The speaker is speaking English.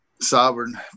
sovereign